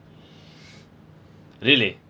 really